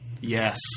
Yes